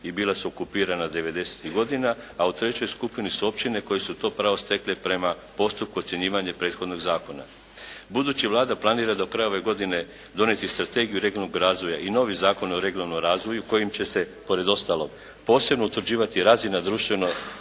i bila su okupirana '90.-ih godina a u trećoj skupini su općine koje su to pravo stekle prema postupku ocjenjivanja prethodnog zakona. Budući Vlada planira do kraja ove godine donijeti strategiju regionalnog razvoja i novi Zakon o regionalnom razvoju kojim će se pored ostalog posebno utvrđivati razina društveno